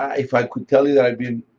if i could tell you that i've been